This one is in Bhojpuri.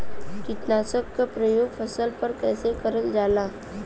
कीटनाशक क प्रयोग फसल पर कइसे करल जाला?